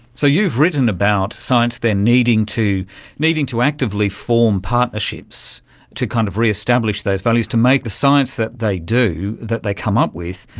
so you've written about science then needing to needing to actively form partnerships to kind of re-establish those values, to make the science that they do, that they come up with,